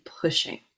pushing